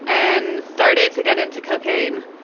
and started to get into cocaine,